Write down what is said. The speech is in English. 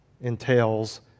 entails